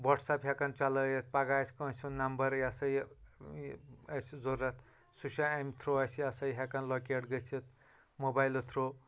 WhatsApp ہٮ۪کَن چلٲیِتھ پَگاہ آسہِ کٲنٛسہِ ہُنٛد نَمبَر یہِ ہسا یہِ یہِ اَسہِ ضوٚرَتھ سُہ چھُ اَمہِ تھرٛوٗ اَسہِ یہِ ہسا یہِ ہٮ۪کان لوکیٹ گٔژھِتھ موبایلہٕ تھرٛوٗ